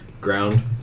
ground